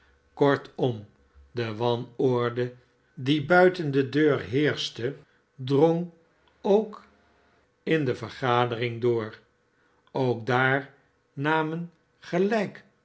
kortom de wanorde die buiten de deur lieerschte drong ook in de vergadering door ook daar naraen gelijk